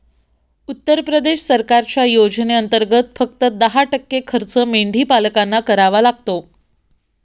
उत्तर प्रदेश सरकारच्या योजनेंतर्गत, फक्त दहा टक्के खर्च मेंढीपालकांना करावा लागतो